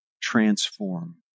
transform